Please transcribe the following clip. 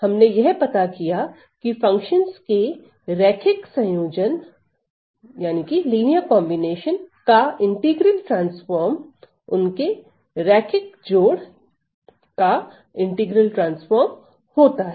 हमने यह पता किया की फंक्शनस के रैखिक संयोजन का इंटीग्रल ट्रांसफॉर्म् उनके रैखिक जोड़ का इंटीग्रल ट्रांसफॉर्म् होता है